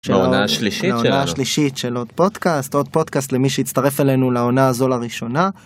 העונה השלישית של עוד פודקאסט עוד פודקאסט למי שיצטרף אלינו לעונה הזו לראשונה.